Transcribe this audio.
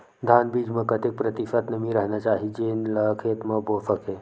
धान बीज म कतेक प्रतिशत नमी रहना चाही जेन ला खेत म बो सके?